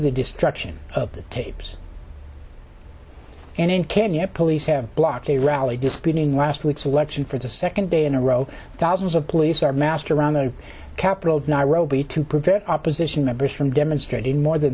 the destruction of the tapes and in kenya police have blocked a rally disputing last week's election for the second day in a row thousands of police are master around the capital of nairobi to prevent opposition members from demonstrating more than